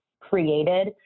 created